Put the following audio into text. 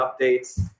updates